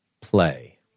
play